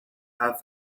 have